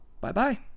Bye-bye